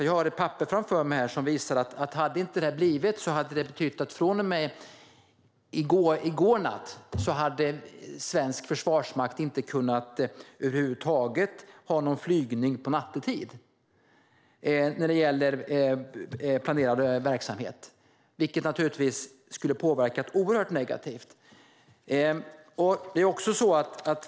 Jag har ett papper framför mig som visar vad det hade betytt: Om det inte hade blivit så hade svensk försvarsmakt över huvud taget inte kunnat ha någon planerad flygning nattetid, vilket naturligtvis skulle ha en oerhört negativ påverkan.